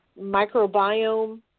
microbiome